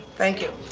thank you.